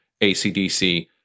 ACDC